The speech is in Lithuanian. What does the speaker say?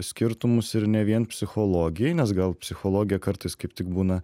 skirtumus ir ne vien psichologijai nes gal psichologija kartais kaip tik būna